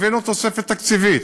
הבאנו תוספת תקציבית,